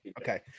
Okay